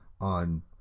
on